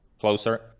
closer